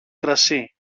κρασί